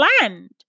land